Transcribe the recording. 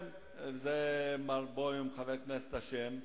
כן, בזה חבר הכנסת בוים אשם.